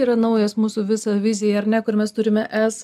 yra naujas mūsų visa vizija ar ne kur mes turime s